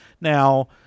Now